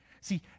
See